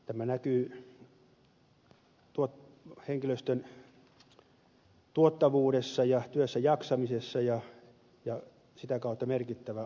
tämä näkyy henkilöstön tuottavuudessa ja työssäjaksamisessa ja on sitä kautta merkittävä asia